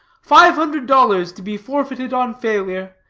five hundred dollars to be forfeited on failure.